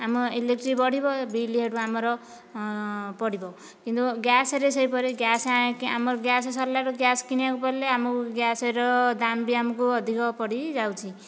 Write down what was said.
ଆମ ଇଲେକ୍ଟ୍ରିକ୍ ବଢ଼ିବ ବିଲ୍ ସେଇଠୁ ଆମର ପଡ଼ିବ କିନ୍ତୁ ଗ୍ୟାସ୍ରେ ସେହିପରି ଗ୍ୟାସ୍ ଆଣିକି ଆମର ଗ୍ୟାସ୍ ସରିଲାରୁ ଗ୍ୟାସ୍ କିଣିବାକୁ ପଡ଼ିଲେ ଆମକୁ ଗ୍ୟାସ୍ର ଦାମ ବି ଆମକୁ ଅଧିକ ପଡ଼ିଯାଉଛି